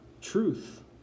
truth